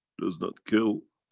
does not kill